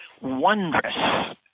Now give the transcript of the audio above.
wondrous